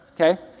okay